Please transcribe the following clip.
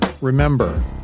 Remember